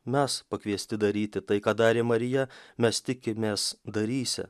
mes pakviesti daryti tai ką darė marija mes tikimės darysią